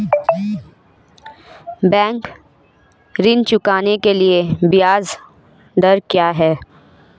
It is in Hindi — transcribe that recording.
बैंक ऋण चुकाने के लिए ब्याज दर क्या है?